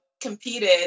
competed